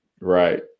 Right